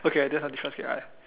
okay then there is a difference